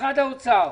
האוצר.